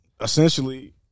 essentially